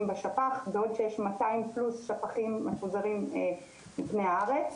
בשפ"כ ועוד שש מאתיים פלוס שפכים מפוזרים בשמי הארץ.